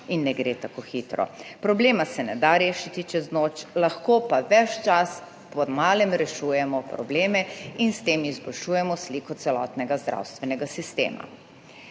in ne gre tako hitro. Problema se ne da rešiti čez noč, lahko pa ves čas po malem rešujemo probleme in s tem izboljšujemo sliko celotnega zdravstvenega sistema.